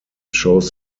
shows